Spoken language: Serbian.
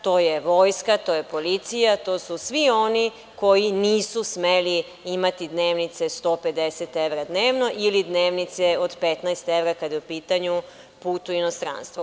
To je Vojska, policija, to su svi oni koji nisu smeli imati dnevnice 150 evra dnevno ili dnevnice od 15 evra, kada je u pitanju put u inostranstvo.